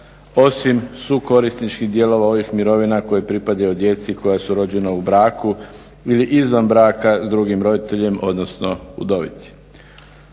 osim sukorisničkih dijelova ovih mirovina koje pripadaju djeci koja su rođena u braku ili izvan braka s drugim roditeljem odnosno udovici,